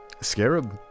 Scarab